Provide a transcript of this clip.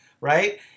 right